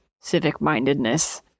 civic-mindedness